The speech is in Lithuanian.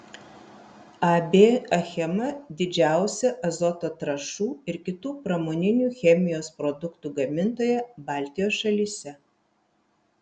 ab achema didžiausia azoto trąšų ir kitų pramoninių chemijos produktų gamintoja baltijos šalyse